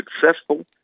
successful